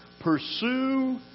Pursue